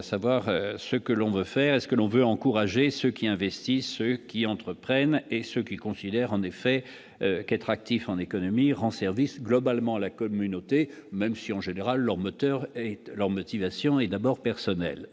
savoir ce que l'on veut faire et ce que l'on veut encourager ceux qui investissent, qui entreprennent et ce qu'il considèrent en effet qu'être actif en économie, il rend service, globalement, la communauté, même si on général leur moteur et leur motivation est d'abord personnelle